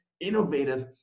innovative